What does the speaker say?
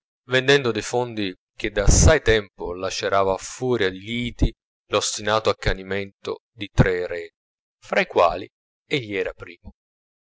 vendendo dei fondi che da assai tempo lacerava a furia di liti l'ostinato accanimento di tre eredi fra i quali egli era primo